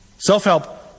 Self-help